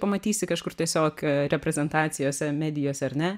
pamatysi kažkur tiesiog reprezentacijose medijose ar ne